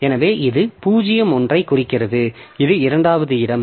எனவே இது 0 1 ஐ குறிக்கிறது இது இரண்டாவது இடம்